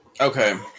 Okay